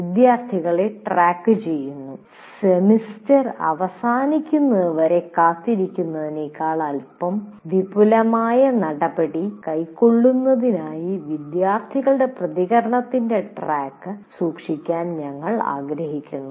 വിദ്യാർത്ഥികളെ ട്രാക്കുചെയ്യുന്നു സെമസ്റ്റർ അവസാനിക്കുന്നതുവരെ കാത്തിരിക്കുന്നതിനേക്കാൾ അല്പം വിപുലമായ നടപടി കൈക്കൊള്ളുന്നതിനായി വിദ്യാർത്ഥികളുടെ പ്രകടനത്തിന്റെ ട്രാക്ക് സൂക്ഷിക്കാൻ ഞങ്ങൾ ആഗ്രഹിക്കുന്നു